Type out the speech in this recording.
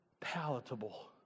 palatable